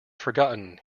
forgotten